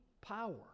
power